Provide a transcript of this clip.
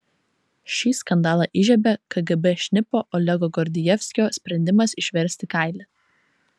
šį skandalą įžiebė kgb šnipo olego gordijevskio sprendimas išversti kailį